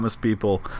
people